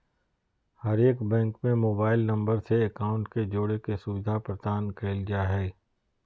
हरेक बैंक में mobile number से अकाउंट के जोड़े के सुविधा प्रदान कईल जा हइ